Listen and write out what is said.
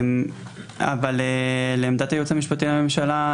אבל לעמדת הייעוץ המשפטי לממשלה,